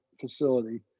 facility